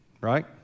right